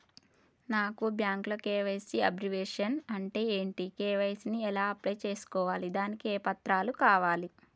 నాకు బ్యాంకులో KYC abbreviation అంటే ఏంటి కే.వై.సీ ని ఎలా అప్లై చేసుకోవాలి దానికి ఏ పత్రాలు కావాలి?